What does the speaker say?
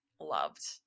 loved